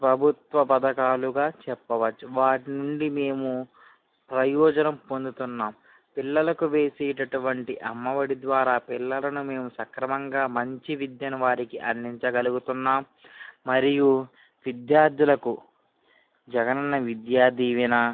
ప్రభుత్వ పథకాలుగా చెప్పవచ్చు వాటి నుండి మేము ప్రయోజనం పొందుతున్నాం పిల్లలకు వేసే అటువంటి అమ్మ ఒడి ద్వారా పిల్లలను మేము సక్రమంగా మంచి విద్యను వారికి అందించగలుగుతున్నాం మరియు విద్యార్థులకు జగన్ అన్న విద్యా దీవెన